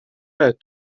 ett